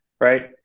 right